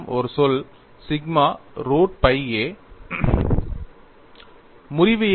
உங்களிடம் ஒரு சொல் சிக்மா ரூட் pi a